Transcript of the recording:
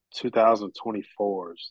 2024s